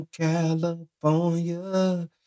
California